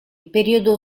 periodo